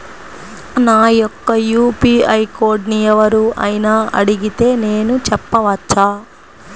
నా యొక్క యూ.పీ.ఐ కోడ్ని ఎవరు అయినా అడిగితే నేను చెప్పవచ్చా?